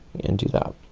and do that.